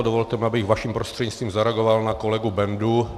Dovolte mi, abych vaším prostřednictvím zareagoval na kolegu Bendu.